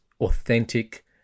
authentic